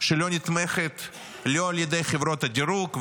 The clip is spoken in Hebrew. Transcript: שלא נתמכת לא על ידי חברות הדירוג,